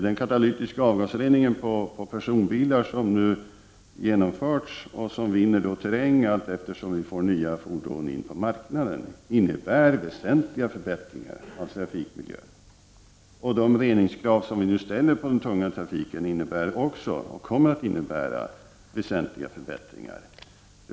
Den katalytiska avgasrening som nu genomförts på personbilar och som vinner terräng allteftersom vi får in nya fordon på marknaden innebär väsentliga förbättringar av trafikmiljön. Också de reningskrav som vi nu ställer på den tunga trafiken innebär och kommer att innebära väsentliga förbättringar.